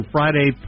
Friday